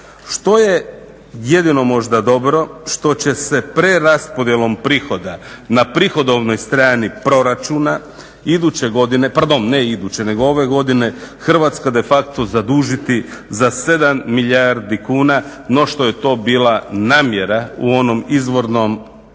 Što je jedino možda dobro? Što će se preraspodjelom prihoda na prihodovnoj strani proračuna iduće godine, pardon, ne iduće nego ove godine Hrvatska de facto zadužiti za 7 milijardi kuna no što je to bila namjera u onom izvornom proračunu